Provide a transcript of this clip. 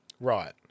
Right